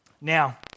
Now